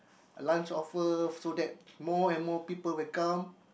lunch offer so that more and more people will come